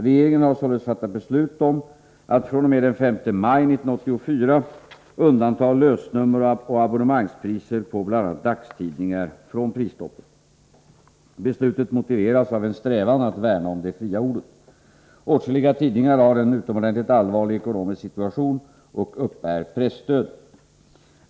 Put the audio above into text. Regeringen har således fattat beslut om att fr.o.m. den 5 maj 1984 undanta lösnummeroch abonnemangspriser på bl.a. dagstidningar från prisstoppet. Beslutet motiveras av en strävan att värna om det fria ordet. Åtskilliga tidningar har en utomordentligt allvarlig ekonomisk situation och uppbär presstöd.